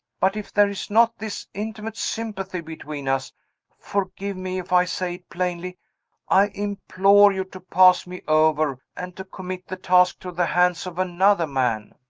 but if there is not this intimate sympathy between us forgive me if i say it plainly i implore you to pass me over, and to commit the task to the hands of another man.